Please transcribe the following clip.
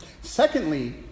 Secondly